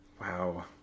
Wow